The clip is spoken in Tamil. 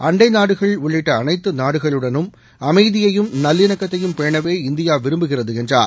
அண்டை நாடுகள் உள்ளிட்ட அனைத்து நாடுகளுடனும் அமைதியையும் நல்லிணக்கத்தையும் பேணவே இந்தியா விரும்புகிறது என்றார்